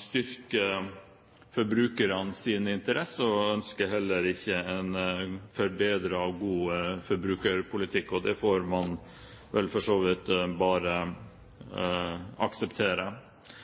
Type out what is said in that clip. styrke forbrukernes interesser, og ønsker heller ikke en forbedret og god forbrukerpolitikk. Det får man for så vidt bare akseptere.